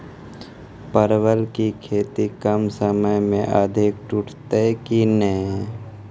परवल की खेती कम समय मे अधिक टूटते की ने?